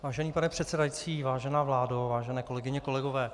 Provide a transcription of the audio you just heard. Vážený pane předsedající, vážená vládo, vážené kolegyně, kolegové.